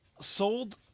sold